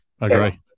Agree